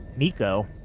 miko